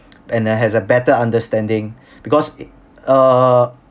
and there has a better understanding because i~ err